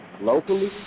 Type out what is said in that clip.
locally